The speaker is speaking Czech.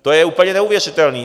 To je úplně neuvěřitelný!